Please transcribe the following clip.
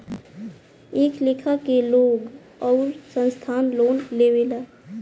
कए लेखा के लोग आउर संस्थान लोन लेवेला